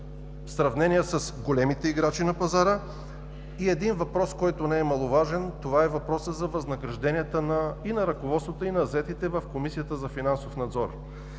в сравнение с големите играчи на пазара. И един въпрос, който не е маловажен – въпросът за възнагражденията на ръководството и на заетите в Комисията за финансов надзор.